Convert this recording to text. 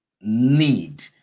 need